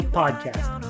podcast